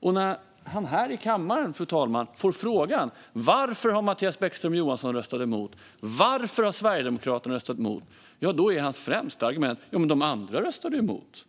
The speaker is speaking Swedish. Och när han här i kammaren, fru talman, får frågan varför han och Sverigedemokraterna har röstat emot, ja, då är hans främsta argument att de andra röstade emot.